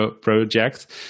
project